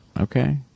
Okay